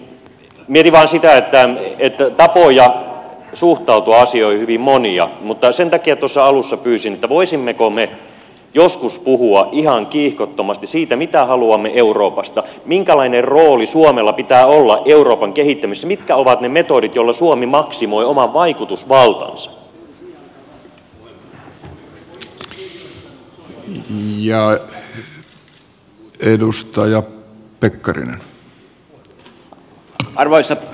mietin vain sitä että tapoja suhtautua asioihin on hyvin monia mutta sen takia tuossa alussa pyysin voisimmeko me joskus puhua ihan kiihkottomasti siitä mitä haluamme euroopasta minkälainen rooli suomella pitää olla euroopan kehittämisessä mitkä ovat ne metodit joilla suomi maksimoi oman vaikutusvaltansa